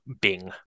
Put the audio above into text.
Bing